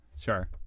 sure